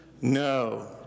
no